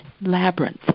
labyrinth